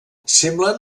semblen